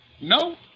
No